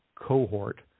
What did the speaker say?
cohort